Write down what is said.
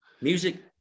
music